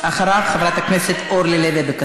חבר הכנסת טלב אבו עראר,